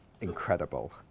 incredible